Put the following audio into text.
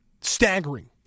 staggering